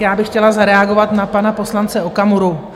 Já bych chtěla zareagovat na pana poslance Okamuru.